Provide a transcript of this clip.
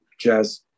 jazz